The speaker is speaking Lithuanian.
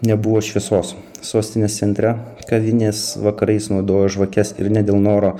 nebuvo šviesos sostinės centre kavinės vakarais naudojo žvakes ir ne dėl noro